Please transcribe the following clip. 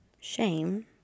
Shame